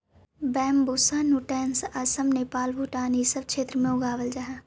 Bambusa nutans Assam, Nepal, Bhutan इ सब क्षेत्र में उगावल जा हई